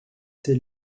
c’est